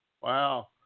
Wow